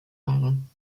waren